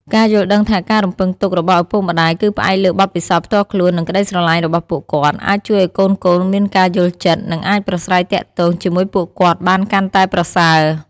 ការយល់ដឹងថាការរំពឹងទុករបស់ឪពុកម្ដាយគឺផ្អែកលើបទពិសោធន៍ផ្ទាល់ខ្លួន និងក្តីស្រលាញ់របស់ពួកគាត់ អាចជួយឲ្យកូនៗមានការយល់ចិត្ត និងអាចប្រាស្រ័យទាក់ទងជាមួយពួកគាត់បានកាន់តែប្រសើរ។